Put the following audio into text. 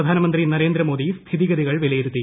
പ്രധാനമന്ത്രി നരേന്ദ്രമോദി സ്ഥിതിഗതികൾ വിലയിരുത്തി